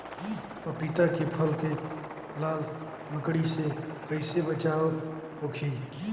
पपीता के फल के लाल मकड़ी से कइसे बचाव होखि?